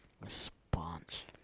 response